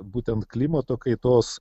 būtent klimato kaitos